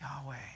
Yahweh